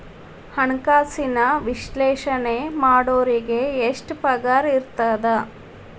ಹಣ್ಕಾಸಿನ ವಿಶ್ಲೇಷಣೆ ಮಾಡೋರಿಗೆ ಎಷ್ಟ್ ಪಗಾರಿರ್ತದ?